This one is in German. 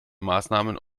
maßnahmen